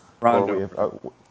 Rondo